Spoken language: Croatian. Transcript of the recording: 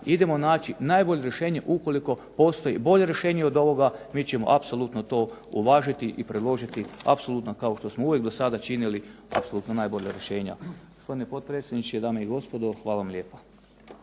idemo naći najbolje rješenje ukoliko postoji bolje rješenje od ovoga mi ćemo apsolutno to uvažiti i predložiti apsolutno kao što smo uvijek do sada činili apsolutno najbolja rješenja. Gospodine potpredsjedniče, dame i gospodo, hvala vam lijepa.